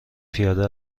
پیاده